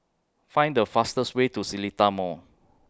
Find The fastest Way to Seletar Mall